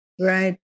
right